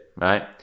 right